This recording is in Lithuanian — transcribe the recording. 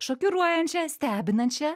šokiruojančią stebinančią